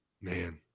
Man